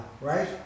right